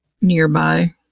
nearby